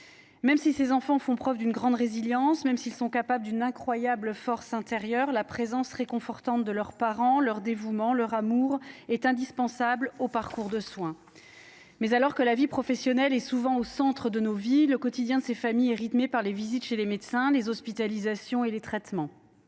Même si les enfants font preuve d’une grande résilience et sont capables d’une incroyable force intérieure, la présence réconfortante de leurs parents, le dévouement et l’amour de ces derniers sont indispensables au parcours de soins. Alors que le travail est souvent au centre de nos vies, le quotidien de ces familles est rythmé par les visites chez les médecins, les hospitalisations et les traitements.